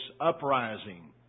uprising